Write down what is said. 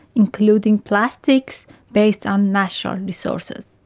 including plastics based on natural resources.